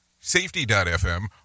safety.fm